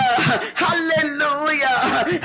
Hallelujah